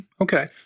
okay